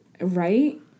Right